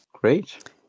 Great